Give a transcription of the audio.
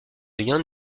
yan